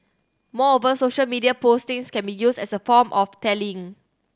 moreover social media postings can be used as a form of tallying